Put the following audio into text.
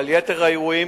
אבל ביתר האירועים